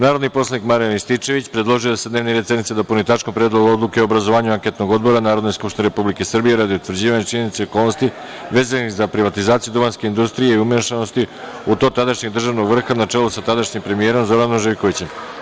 Narodni poslanik Marijan Rističević predložio je da se dnevni red sednice dopuni tačkom – Predlog odluke o obrazovanju anketnog odbora Narodne skupštine Republike Srbije radi utvrđivanja činjenica i okolnosti vezanih za privatizaciju duvanske industrije i umešanosti u to tadašnjeg državnog vrha na čelu sa tadašnjim premijerom Zoranom Živkovićem.